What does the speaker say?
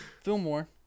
Fillmore